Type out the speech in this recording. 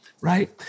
right